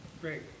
Great